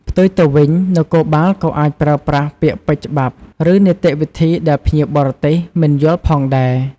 ផ្ទុយទៅវិញ នគរបាលក៏អាចប្រើប្រាស់ពាក្យពេចន៍ច្បាប់ ឬនីតិវិធីដែលភ្ញៀវបរទេសមិនយល់ផងដែរ។